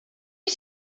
you